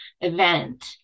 event